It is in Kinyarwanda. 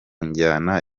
njyana